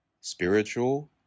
spiritual